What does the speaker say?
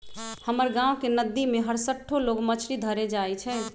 हमर गांव के नद्दी में हरसठ्ठो लोग मछरी धरे जाइ छइ